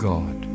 God